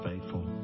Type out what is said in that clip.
faithful